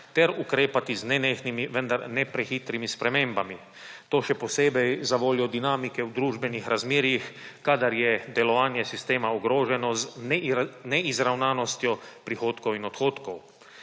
ter ukrepati z nenehnimi, vendar ne prehitrimi spremembami. To še posebej zavoljo dinamike v družbenih razmerjih, kadar je delovanje sistema ogroženo z neizravnanostjo prihodkov in odhodkov.